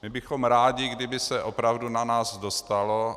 My bychom rádi, kdyby se opravdu na nás dostalo.